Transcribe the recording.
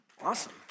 Awesome